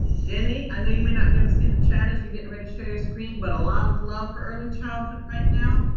jenny, i know you may not be able to see the chat as you're getting ready to share your screen, but a lot of love for early childhood right now.